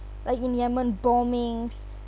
like in yemen bombings